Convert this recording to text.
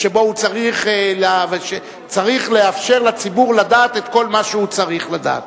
וצריך לאפשר לציבור לדעת את כל מה שהוא צריך לדעת.